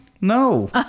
No